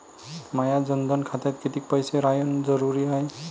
माया जनधन खात्यात कितीक पैसे रायन जरुरी हाय?